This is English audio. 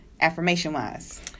affirmation-wise